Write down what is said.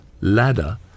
ladder